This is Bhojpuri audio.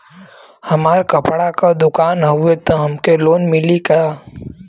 हमार कपड़ा क दुकान हउवे त हमके लोन मिली का?